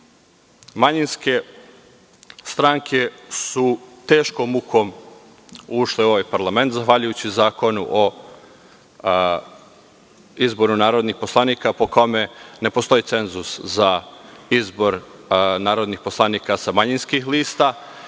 Manjinske stranke su teškom mukom ušle u ovaj parlament, zahvaljujući Zakonu o izboru narodnih poslanika po kome ne postoji cenzus za izbor narodnih poslanika sa manjinskih lista